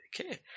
Okay